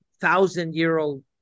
thousand-year-old